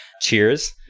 cheers